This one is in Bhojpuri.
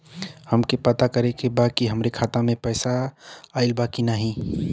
हमके पता करे के बा कि हमरे खाता में पैसा ऑइल बा कि ना?